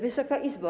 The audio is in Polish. Wysoka Izbo!